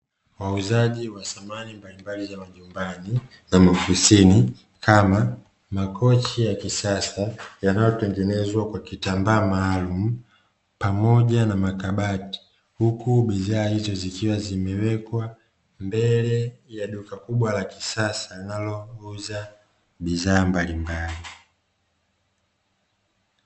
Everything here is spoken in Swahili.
Wauzaji wa samani mbalimbali za majumbani na maofisini, kama makochi ya kisasa, yanayotengenezwa kwa kitambaa maalumu pamoja na makabati huku bidhaa hizo zikiwa zimewekwa mbele ya duka kubwa la kisasa, linalouza bidhaa mbalimbali.